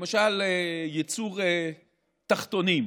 למשל ייצור תחתונים,